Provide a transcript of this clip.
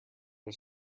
are